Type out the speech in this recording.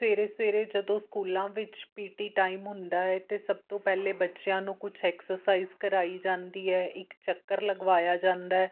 ਸਵੇਰੇ ਸਵੇਰੇ ਜਦੋਂ ਸਕੂਲਾਂ ਵਿੱਚ ਪੀ ਟੀ ਟਾਈਮ ਹੁੰਦਾ ਹੈ ਤਾਂ ਸਭ ਤੋਂ ਪਹਿਲੇ ਬੱਚਿਆਂ ਨੂੰ ਕੁਝ ਐਕਸਰਸਾਈਜ਼ ਕਰਾਈ ਜਾਂਦੀ ਹੈ ਇੱਕ ਚੱਕਰ ਲਗਵਾਇਆ ਜਾਂਦਾ